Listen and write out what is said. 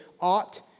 ought